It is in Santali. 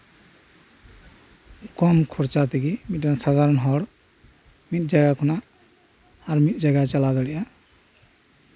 ᱠᱚᱢ ᱠᱷᱚᱨᱪᱟ ᱛᱮᱜᱮ ᱢᱤᱫᱴᱮᱱ ᱥᱟᱫᱷᱟᱨᱚᱱ ᱦᱚᱲ ᱢᱤᱫ ᱡᱟᱭᱜᱟ ᱠᱷᱚᱱᱟᱜ ᱢᱤᱫ ᱡᱟᱭᱜᱟ ᱠᱷᱚᱱᱟᱜ ᱟᱨ ᱢᱤᱫ ᱡᱟᱭᱜᱟᱭ ᱪᱟᱞᱟᱣ ᱫᱟᱲᱮᱭᱟᱜᱼᱟ